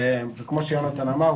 כמו שיונתן אמר,